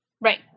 Right